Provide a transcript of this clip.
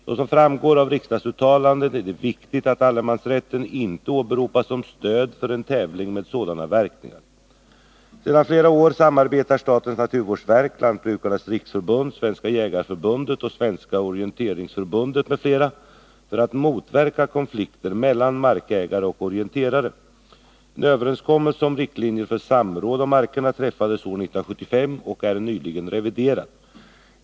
Såsom framgår av riksdagsuttalanden är det viktigt att allemansrätten inte åberopas som stöd för en tävling med sådana verkningar. Sedan flera år tillbaka samarbetar statens naturvårdsverk, Lantbrukarnas riksförbund, Svenska jägareförbundet och Svenska orienteringsförbundet m.fl. för att motverka konflikter mellan markägare och orienterare. En överenskommelse om riktlinjer för samråd om markerna träffades år 1975 och är nyligen reviderad.